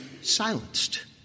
silenced